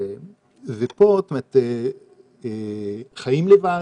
פה חיים לבד,